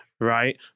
Right